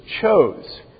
chose